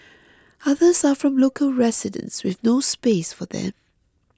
others are from local residents with no space for them